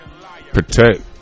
protect